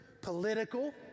political